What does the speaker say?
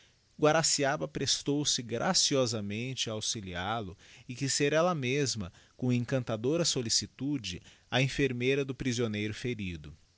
enfermidades guaraciaba prestou se graciosamente a auxilial o e quíz ser ella mesma com encantadora solicitude a enfermeira do prisioneiro ferido